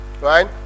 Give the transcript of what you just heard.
right